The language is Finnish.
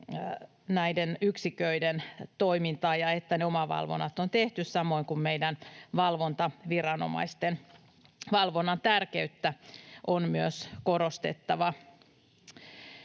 näiden yksiköiden toimintaa ja että ne omavalvonnat on tehty, samoin kuin meidän valvontaviranomaisiemme valvonnan tärkeyttä on myös korostettava.